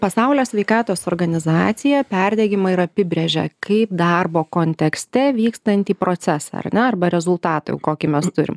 pasaulio sveikatos organizacija perdegimą ir apibrėžia kaip darbo kontekste vykstantį procesą ar ne arba rezultatą jau kokį mes turim